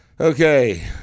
Okay